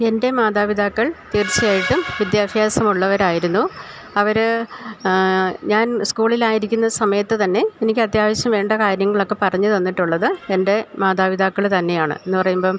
എൻ്റെ മാതാപിതാക്കൾ തീർച്ചയായിട്ടും വിദ്യാഭ്യാസമുള്ളവരായിരുന്നു അവര് ഞാൻ സ്കൂളിലായിരിക്കുന്ന സമയത്തു തന്നെ എനിക്കത്യാവശ്യം വേണ്ട കാര്യങ്ങളൊക്ക പറഞ്ഞുതന്നിട്ടുള്ളത് എൻ്റെ മാതാപിതാക്കള് തന്നെയാണ് എന്നു പറയുമ്പോള്